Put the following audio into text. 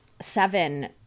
seven